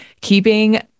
keeping